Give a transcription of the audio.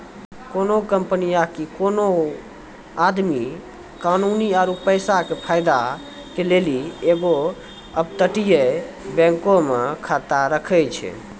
कोनो कंपनी आकि कोनो आदमी कानूनी आरु पैसा के फायदा के लेली एगो अपतटीय बैंको मे खाता राखै छै